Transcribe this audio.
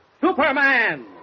Superman